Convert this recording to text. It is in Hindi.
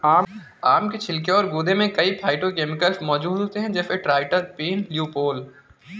आम के छिलके और गूदे में कई फाइटोकेमिकल्स मौजूद होते हैं, जैसे ट्राइटरपीन, ल्यूपोल